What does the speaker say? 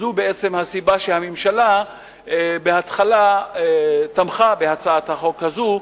זאת בעצם הסיבה שהממשלה בהתחלה תמכה בהצעת החוק הזאת,